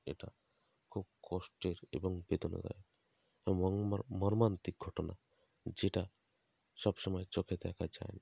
এটি খুব কষ্টের এবং বেদনাদায়ক মর্মান্তিক ঘটনা যেটা সবসময় চোখে দেখা যায় না